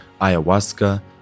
ayahuasca